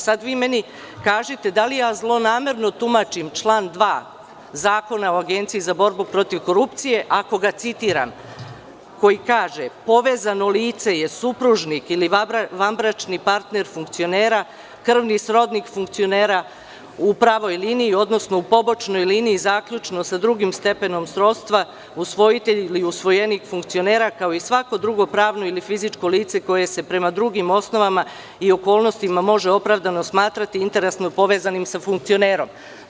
Sada vi meni kažite – da li ja zlonamerno tumačim član 2. Zakona o Agenciji za borbu protiv korupcije, ako ga citiram, koji kaže – povezano lice je supružnik ili vanbračni partner funkcionera, krvni srodnik funkcionera u pravoj liniji, odnosno u pobočnoj liniji, zaključno sa drugim stepenom srodstva, usvojitelj ili usvojenik funkcionera, kao i svako drugo pravno ili fizičko lice koje se prema drugim osnovama i okolnostima može opravdano smatrati interesno povezanim sa funkcionerom.